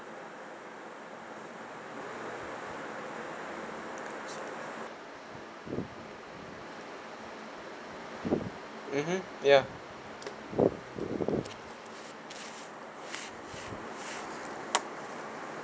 mmhmm ya